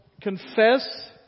confess